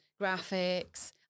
graphics